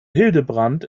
hildebrand